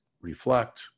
reflect